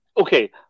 Okay